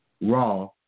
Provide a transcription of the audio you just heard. raw